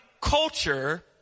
culture